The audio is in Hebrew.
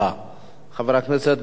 חבר הכנסת בן-ארי, בבקשה.